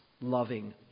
loving